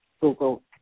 Google